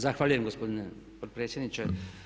Zahvaljujem gospodine potpredsjedniče.